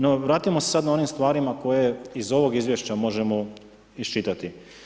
No, vratimo se sada na onim stvarima koje iz ovog izvješća možemo iščitati.